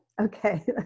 Okay